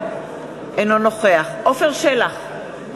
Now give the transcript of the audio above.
אינו נוכח עפר שלח,